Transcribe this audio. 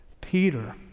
Peter